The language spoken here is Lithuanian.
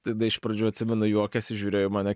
tada iš pradžių atsimenu juokėsi žiūrėjo į mane